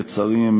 לצערי,